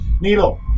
Nilo